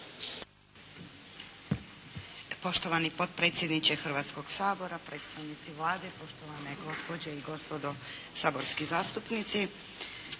Poštovani potpredsjedniče Hrvatskoga sabora, predstavnici Vlade, poštovane gospođe i gospodo saborski zastupnici.